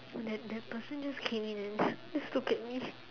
that that person just came in and just look at me